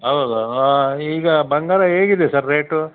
ಹೌದು ಹಾಂ ಈಗ ಬಂಗಾರ ಹೇಗಿದೆ ಸರ್ ರೇಟು